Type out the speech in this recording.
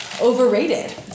overrated